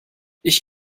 ich